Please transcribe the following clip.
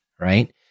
right